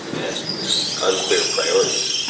and unclear priorities.